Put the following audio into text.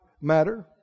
matter